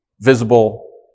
visible